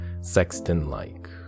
sexton-like